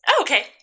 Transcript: Okay